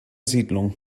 siedlung